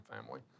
family